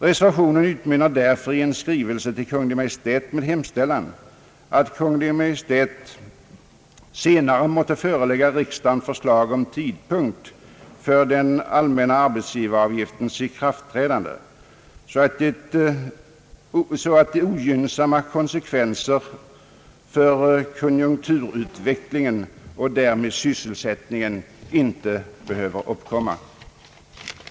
Reservationen utmynnar därför i en begäran om skrivelse till Kungl. Maj:t med hemställan, att Kungl. Maj:t senare måtte förelägga riksdagen förslag om tidpunkt för den allmänna arbetsgivaravgiftens ikraftträdande, så att ogynnsamma konsekvenser för konjunkturutvecklingen och därmed sysselsättningen inte behöver uppkomma.